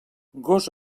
gos